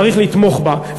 צריך לתמוך בה.